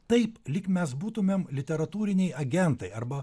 taip lyg mes būtumėm literatūriniai agentai arba